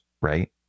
right